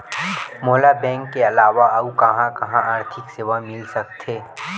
मोला बैंक के अलावा आऊ कहां कहा आर्थिक सेवा मिल सकथे?